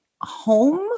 home